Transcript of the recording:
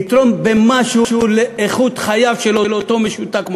נתרום משהו לאיכות חייו של אותו משותק מוחין,